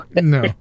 No